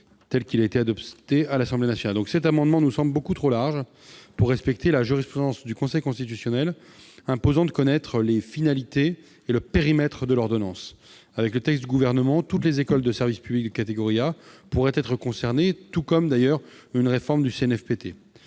le texte adopté à l'Assemblée nationale. Cette rédaction nous semble beaucoup trop large pour respecter la jurisprudence du Conseil constitutionnel, qui impose de connaître les finalités et le périmètre de l'ordonnance. Avec le texte du Gouvernement, toutes les écoles de service public de catégorie A pourraient être concernées, tout comme, d'ailleurs, une réforme du CNFPT.